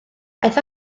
aeth